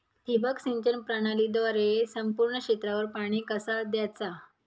ठिबक सिंचन प्रणालीद्वारे संपूर्ण क्षेत्रावर पाणी कसा दयाचा?